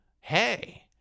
hey